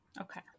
okay